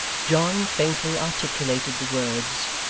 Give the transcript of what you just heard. john faintly articulated the words,